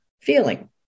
feeling